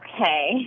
Okay